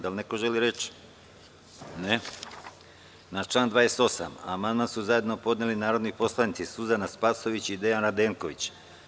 Da li neko želi reč? (Ne) Na član 28. amandman su zajedno podneli narodni poslanici Suzana Spasojević i Dejan Radenković.